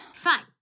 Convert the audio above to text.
Fine